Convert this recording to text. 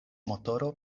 motoro